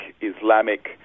Islamic